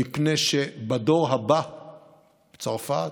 מפני שבדור הבא בצרפת,